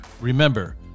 Remember